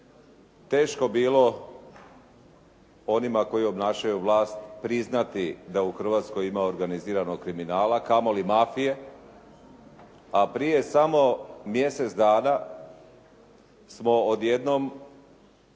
teško bilo onima koji obnašaju vlast priznati da u Hrvatskoj ima organiziranog kriminala, kamoli mafije. A prije samo mjesec dana smo odjednom